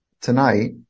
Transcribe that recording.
tonight